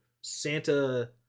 Santa